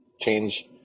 change